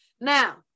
Now